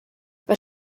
but